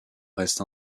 reste